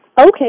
Okay